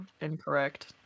incorrect